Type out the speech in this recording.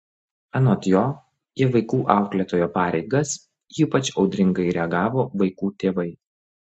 anot jo į vaikų auklėtojo pareigas ypač audringai reagavo vaikų tėvai